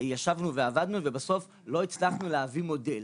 ישבנו ועבדנו ובסוף לא הצלחנו להביא מודל.